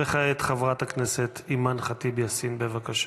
וכעת, חברת הכנסת אימאן ח'טיב יאסין, בבקשה.